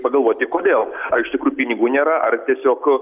pagalvoti kodėl ar iš tikrų pinigų nėra ar tiesiog